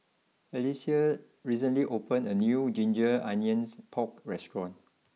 Alycia recently opened a new Ginger Onions Pork restaurant